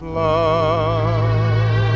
love